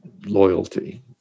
loyalty